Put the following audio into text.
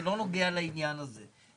זה לא נוגע לעניין הזה.